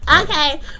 Okay